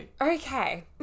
okay